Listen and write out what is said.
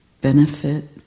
benefit